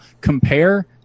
Compare